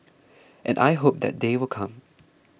and I hope that day will come